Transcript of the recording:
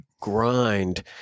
grind